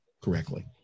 correctly